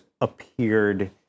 appeared